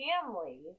family